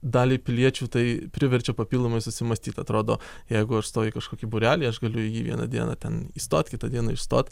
dalį piliečių tai priverčia papildomai susimąstyt atrodo jeigu aš stoju į kažkokį būrelį aš galiu į jį vieną dieną ten įstot kitą dieną išstot